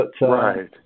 Right